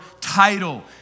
title